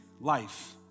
life